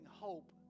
hope